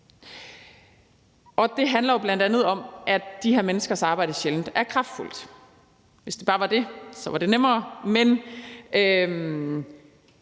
og det handler jo bl.a. om, at de her menneskers arbejde sjældent er kraftfuldt. Hvis det bare var det, var det nemmere,